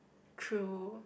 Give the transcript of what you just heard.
true